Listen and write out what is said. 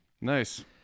Nice